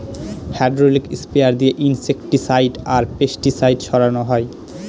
hydraulic sprayer দিয়ে insecticide আর pesticide ছড়ানো হয়